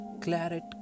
claret